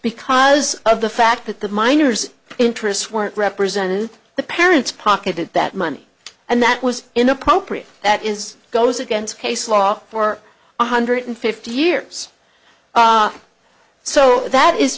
because of the fact that the miners interests weren't represented the parents pocketed that money and that was inappropriate that is goes against case law for one hundred fifty years so that is